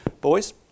boys